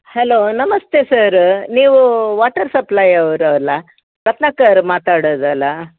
hello ನಮಸ್ತೆ sir ನೀವು water ಸಪ್ಲೈಯವರು ಅಲ್ಲ ರತ್ನಾಕರ್ ಮಾತಾಡೋದಲ್ಲ